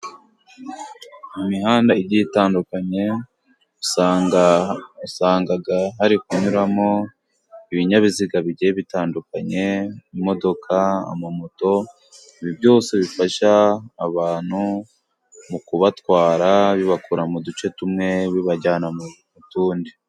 Imihanda igiye itandukanye, usanga hari kunyuramo ibinyabiziga bigiye bitandukanye imodoka ,amamoto. Ibi byose bifasha abantu mu kubatwara bibakura mu duce tumwe bibajyana mu tundi.